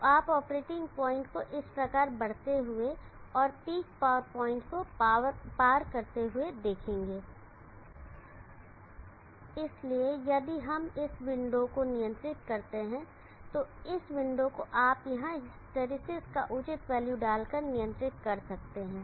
तो आप operating point को इस प्रकार बढ़ते हुए और पीक पावर पॉइंट को पार करते हुए देखेंगे इसलिए यदि हम इस विंडो को नियंत्रित करते हैं तो इस विंडो को आप यहां हिस्टैरिसीस का उचित वैल्यू डालकर नियंत्रित कर सकते हैं